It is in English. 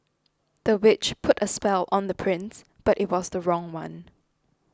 the witch put a spell on the prince but it was the wrong one